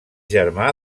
germà